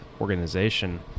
organization